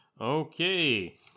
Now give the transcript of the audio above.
Okay